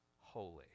holy